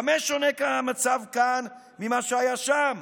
במה שונה המצב כאן ממה שהיה שם?